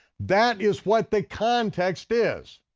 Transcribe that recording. that is what the context is,